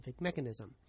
mechanism